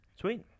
Sweet